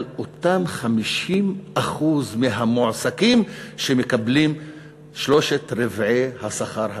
50% מהמועסקים שמקבלים שלושת-רבעי השכר הממוצע.